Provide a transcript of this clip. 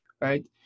right